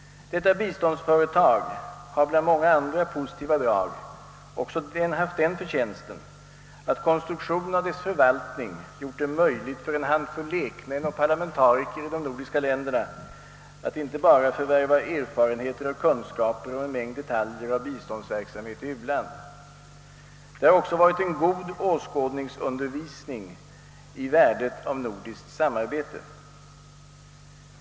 Detta biståndsföretag har bland många andra positiva drag också haft den förtjänsten att konstruktionen av dess förvaltning gjort det möjligt för en handfull lekmän och parlamentariker i de nordiska länderna att förvärva erfarenheter och kunskaper om en mängd detaljer rörande biståndsverksamheten i u-land. Det har också varit en god åskådningsundervisning i värdet av nordiskt samarbete.